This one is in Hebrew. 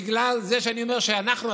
בגלל זה אני אומר שאנחנו,